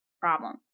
problem